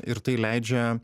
ir tai leidžia